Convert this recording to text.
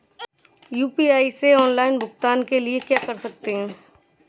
UPI से offline भुगतान के लिए क्या कर सकते हैं?